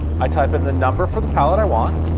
i type in the number for the palette i want,